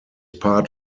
part